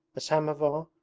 a samovar,